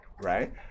Right